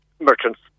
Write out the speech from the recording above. merchants